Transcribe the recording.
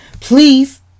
Please